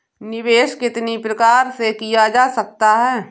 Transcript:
निवेश कितनी प्रकार से किया जा सकता है?